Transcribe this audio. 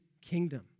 kingdom